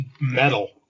metal